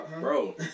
Bro